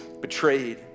betrayed